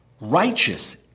righteous